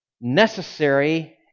necessary